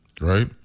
Right